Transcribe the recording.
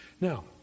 Now